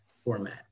format